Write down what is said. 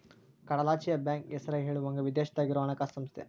ಕಡಲಾಚೆಯ ಬ್ಯಾಂಕ್ ಹೆಸರ ಹೇಳುವಂಗ ವಿದೇಶದಾಗ ಇರೊ ಹಣಕಾಸ ಸಂಸ್ಥೆ